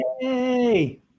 Yay